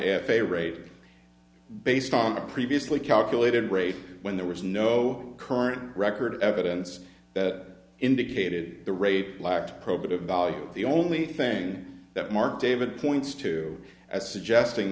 wide f a rate based on the previously calculated rape when there was no current record evidence that indicated the rape lacked probative value the only thing that mark david points to as suggesting